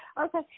okay